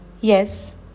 yes